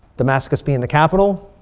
damascus being the capital,